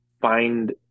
find